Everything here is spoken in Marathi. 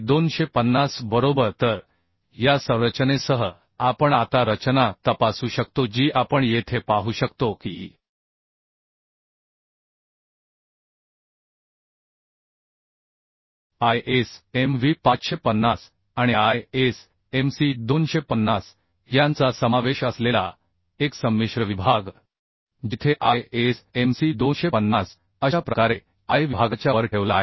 ISMC 250 बरोबर तर या संरचनेसह आपण आता रचना तपासू शकतो जी आपण येथे पाहू शकतो की ISMV 550 आणि ISMC250 यांचा समावेश असलेला एक संमिश्र विभाग जिथे ISMC 250 अशा प्रकारे Iविभागाच्या वर ठेवला आहे